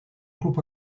club